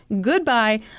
Goodbye